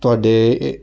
ਤੁਹਾਡੇ ਏ